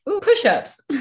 push-ups